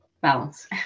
balance